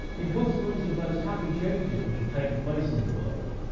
in consequence of those happy changes which have taken place in the world,